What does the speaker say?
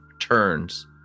turns